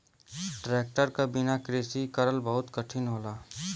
tractor क बिना कृषि करल बहुत कठिन होला